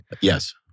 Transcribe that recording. Yes